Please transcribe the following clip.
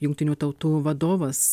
jungtinių tautų vadovas